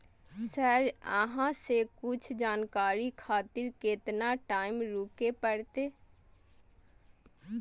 Sir अहाँ से कुछ जानकारी खातिर केतना टाईम रुके परतें?